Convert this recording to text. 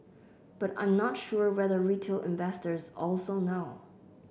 but I'm not sure whether retail investors also know